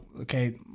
okay